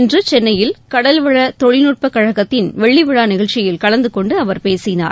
இன்று சென்னையில் கடல்வள தொழில்நுட்பக் கழகத்தின் வெள்ளி விழா நிகழ்ச்சியில் கலந்து கொண்டு அவர் பேசினார்